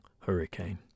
Hurricane